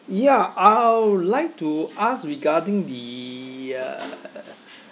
ya I'll like to ask regarding the uh